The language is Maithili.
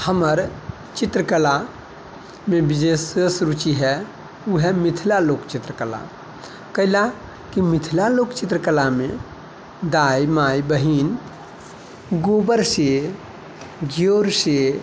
हमर चित्रकलामे विशेष रुचि है उ है मिथिला लोक चित्रकला कै लए कि मिथिला लोक चित्रकलामे दाय माय बहीन गोबरसँ जोड़सँ